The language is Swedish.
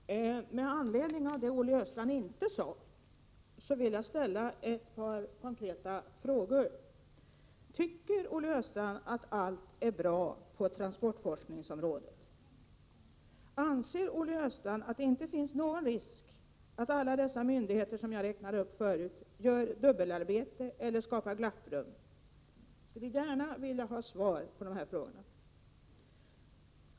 Herr talman! Med anledning av det Olle Östrand inte sade vill jag ställa ett par konkreta frågor. Tycker Olle Östrand att allt är bra på transportforskningsområdet? Anser Olle Östrand att det inte finns någon risk för att alla de myndigheter jag räknade upp förut gör dubbelarbete eller skapar glapprum? Jag skulle gärna vilja ha svar på dessa frågor.